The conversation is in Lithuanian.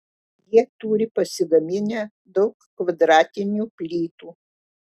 jie turi pasigaminę daug kvadratinių plytų